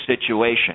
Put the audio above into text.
situation